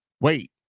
wait